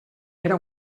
era